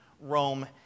Rome